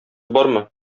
бармы